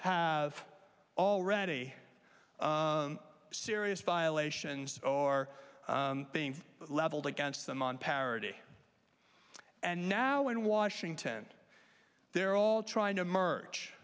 have already serious violations or being leveled against them on parity and now in washington they're all trying to merge